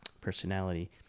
personality